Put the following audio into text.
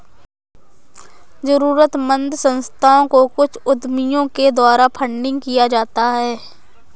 जरूरतमन्द संस्थाओं को कुछ उद्यमियों के द्वारा फंडिंग किया जाता है